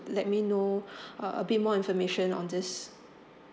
let me know uh a bit more information on this